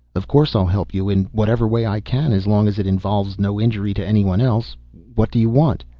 of course i'll help you, in whatever way i can. as long as it involves no injury to anyone else. what do you want?